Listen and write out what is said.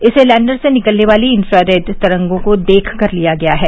इसे लैंडर से निकलने वाली इंफ्रा रेड तरंगों को देखकर लिया गया है